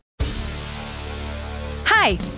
Hi